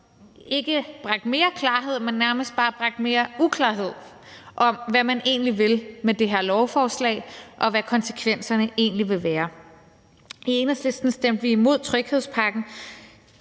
ikke bragte mere klarhed, men nærmest bare bragte mere uklarhed om, hvad man egentlig vil med det her lovforslag, og hvad konsekvenserne egentlig vil være. I Enhedslisten stemte vi imod tryghedspakken